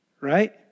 Right